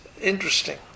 interesting